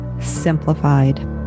Simplified